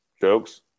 jokes